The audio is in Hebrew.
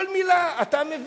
כל מלה, אתה מבין?